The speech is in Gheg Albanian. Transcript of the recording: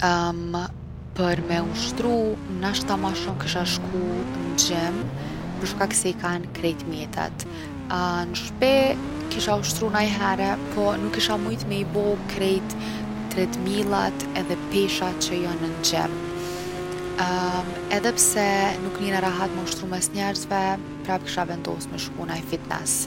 Për me ushtru nashta ma shumë kisha shku n’gym për shkak se i kan krejt mjetet. n’shpi kisha ushtru najhere po nuk kisha mujt me i bo krejt treadmillat edhe peshat që jon n’gym. edhe pse nuk nihna rahat me ushtru mes njerzve, prap kisha vendos me shku n’naj fitnes.